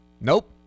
Nope